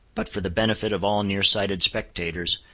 but for the benefit of all near-sighted spectators,